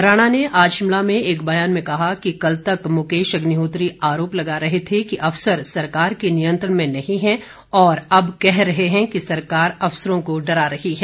राणा ने आज शिमला में एक बयान में कहा कि कल तक मुकेश अग्निहोत्री आरोप लगा रहे थे कि अफसर सरकार के नियंत्रण में नहीं हैं और अब कह रहे हैं कि सरकार अफसरों को डरा रही है